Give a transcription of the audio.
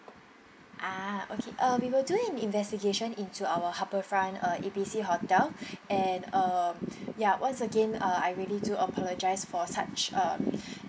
ah okay uh we will do an investigation into our harbourfront uh A B C hotel and uh ya once again uh I really do apologise for such a